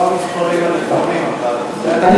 זה לא המספרים הנכונים, אבל בסדר.